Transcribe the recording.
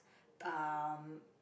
um